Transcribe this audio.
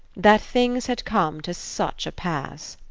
that things had come to such a pass.